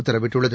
உத்தரவிட்டுள்ளது